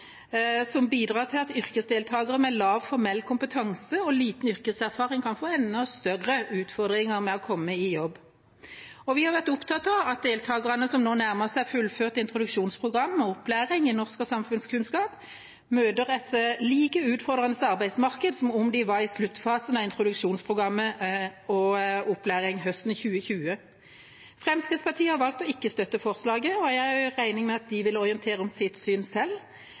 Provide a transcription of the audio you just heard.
som bidrar til at yrkesdeltakere med lav formell kompetanse og liten yrkeserfaring kan få enda større utfordringer med å komme i jobb. Vi har vært opptatt av at deltakerne som nå nærmer seg fullført introduksjonsprogram og opplæring i norsk og samfunnskunnskap, møter et like utfordrende arbeidsmarked som de som var i sluttfasen av introduksjonsprogram og opplæring høsten 2020. Fremskrittspartiet har valgt å ikke støtte forslaget, og jeg gjør regning med at de vil orientere om sitt syn selv.